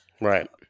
right